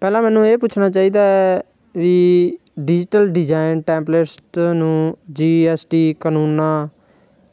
ਪਹਿਲਾਂ ਮੈਨੂੰ ਇਹ ਪੁੱਛਣਾ ਚਾਹੀਦਾ ਹੈ ਵੀ ਡਿਜੀਟਲ ਡਿਜਾਈਨ ਟੈਂਪਲਿਸਟ ਨੂੰ ਜੀ ਐੱਸ ਟੀ ਕਾਨੂੰਨਾਂ